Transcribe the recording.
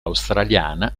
australiana